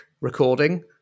recording